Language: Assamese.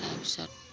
তাৰপিছত